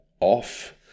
off